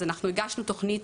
אז הגשנו תוכנית